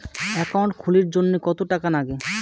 Account খুলির জন্যে কত টাকা নাগে?